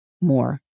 more